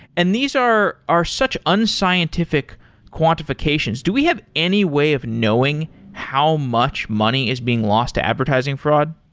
and these are are such unscientific quantifications. do we have any way of knowing how much money is being lost to advertising fraud?